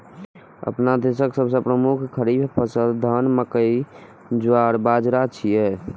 अपना देशक सबसं प्रमुख खरीफ फसल धान, मकई, ज्वार, बाजारा छियै